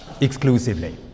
exclusively